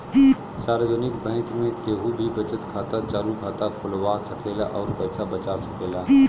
सार्वजनिक बैंक में केहू भी बचत खाता, चालु खाता खोलवा सकेला अउर पैसा बचा सकेला